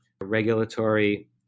regulatory